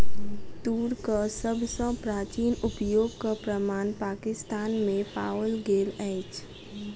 तूरक सभ सॅ प्राचीन उपयोगक प्रमाण पाकिस्तान में पाओल गेल अछि